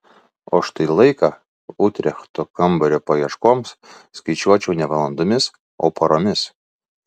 o štai laiką utrechto kambario paieškoms skaičiuočiau ne valandomis o paromis